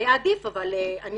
היה עדיף אבל אני